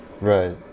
Right